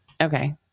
Okay